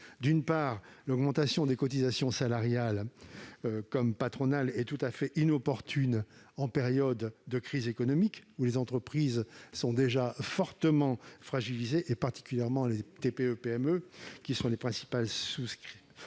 D'une part, l'augmentation des cotisations salariales et patronales est tout à fait inopportune en période de crise économique. En effet, les entreprises sont déjà fortement fragilisées, particulièrement les TPE-PME, qui sont les principales souscriptrices